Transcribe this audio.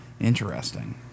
interesting